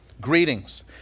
Greetings